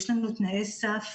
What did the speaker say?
יש לנו תנאי סף